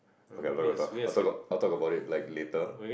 okay I'm not gonna talk I'll talk I'll talk about it like later